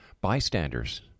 bystanders